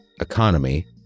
economy